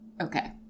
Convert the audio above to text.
Okay